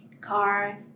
car